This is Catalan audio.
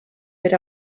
per